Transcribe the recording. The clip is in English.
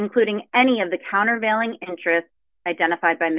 including any of the countervailing interests identified by